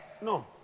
no